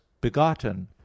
begotten